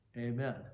Amen